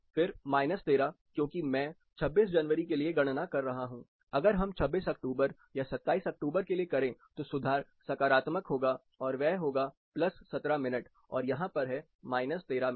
फिर 13 क्योंकि मैं 26 जनवरी के लिए गणना कर रहा हूं अगर हम 26 अक्टूबर या 27 अक्टूबर के लिए करें तो सुधार सकारात्मक होगा और वह होगा 17 मिनट और यहां पर है 13 मिनट